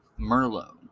Merlot